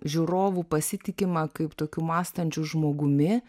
žiūrovu pasitikima kaip tokiu mąstančiu žmogumi